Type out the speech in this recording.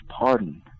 pardon